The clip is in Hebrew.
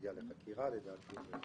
והגיע לחקירה ולבית משפט.